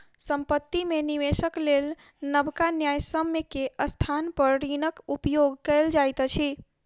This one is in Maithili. संपत्ति में निवेशक लेल नबका न्यायसम्य के स्थान पर ऋणक उपयोग कयल जाइत अछि